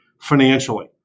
financially